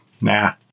nah